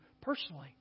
personally